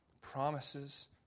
promises